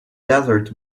desert